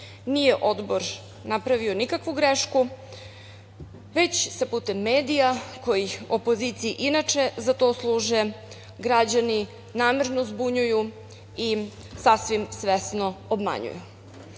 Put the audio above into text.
nije Odbor napravio nikakvu grešku, već se putem medija koji opoziciji inače za to služe, građani namerno zbunjuju i sasvim svesno obmanjuju. Želim